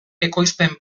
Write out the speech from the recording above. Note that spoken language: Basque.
ekoizpen